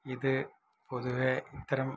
ഇത് പൊതുവേ ഇത്തരം